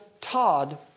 Todd